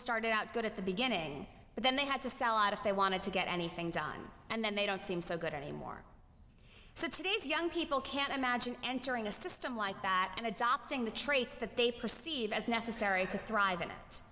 started out good at the beginning but then they had to sell out if they wanted to get anything done and then they don't seem so good anymore so today's young people can't imagine entering a system like that and adopting the traits that they perceive as necessary to thrive in it